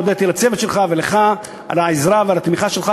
הודיתי לצוות שלך ולך על העזרה ועל התמיכה שלך,